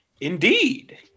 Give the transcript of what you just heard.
Indeed